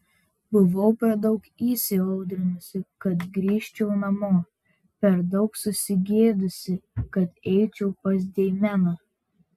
buvau per daug įsiaudrinusi kad grįžčiau namo per daug susigėdusi kad eičiau pas deimeną